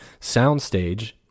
soundstage